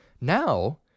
now